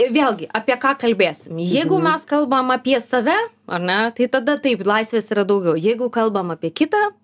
vėlgi apie ką kalbėsim jeigu mes kalbam apie save ane tai tada taip laisvės yra daugiau jeigu kalbam apie kitą